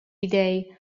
idee